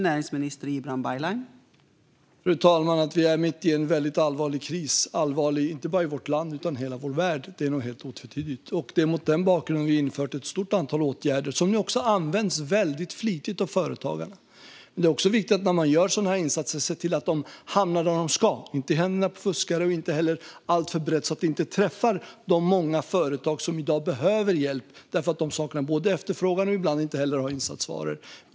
Fru talman! Att vi är mitt i en kris som inte bara är allvarlig för vårt land utan för hela vår värld är otvetydigt. Det är mot den bakgrunden som vi har infört ett stort antal åtgärder som också används väldigt flitigt av företagare. När man gör sådana här insatser är det också viktigt att se till att stödet hamnar där det ska och inte för brett eller i händerna på fuskare. Det ska ju träffa de många företag som i dag behöver hjälp eftersom de både saknar efterfrågan och ibland inte heller har insatsvaror.